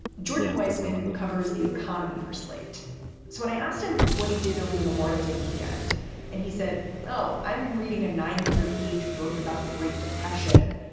jordan weissmann covers the economy for slate. so when i asked him what he did over the memorial day weekend and he said, oh, i'm reading a nine hundred page book about the great depression,